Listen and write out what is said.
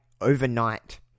overnight